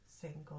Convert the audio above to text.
single